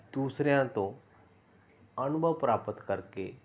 ਦੂਸਰਿਆਂ ਤੋਂ ਅਨੁਭਵ ਪ੍ਰਾਪਤ ਕਰਕੇ